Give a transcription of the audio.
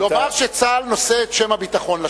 נאמר שצה"ל נושא את שם הביטחון לשווא,